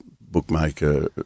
bookmaker